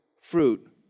fruit